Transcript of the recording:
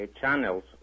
channels